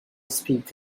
speak